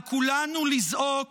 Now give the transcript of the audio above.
על כולנו לזעוק: